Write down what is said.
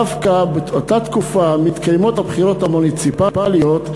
דווקא באותה תקופה מתקיימות הבחירות המוניציפליות,